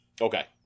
Okay